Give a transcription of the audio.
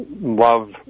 love